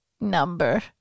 number